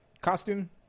costume